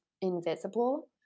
invisible